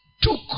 took